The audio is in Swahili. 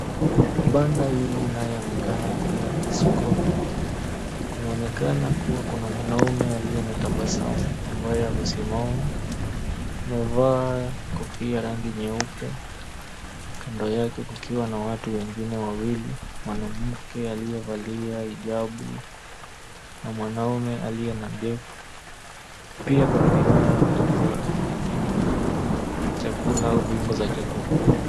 Banda hili inayoonekana kuwa sokoni. Kunaonekana kuwa kuna mwanaume aliye na tabasamu ambaye amesimama. Amevaa kofia rangi nyeupe, kando yake kukiwa na watu wengine wawili, mwanamke aliyevalia hijabu na mwanaume aliye na ndevu. Pia kuna bidhaa za chakula au viungo za chakula.